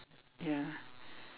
ya